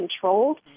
controlled